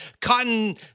cotton